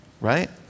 right